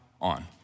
on